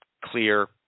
clear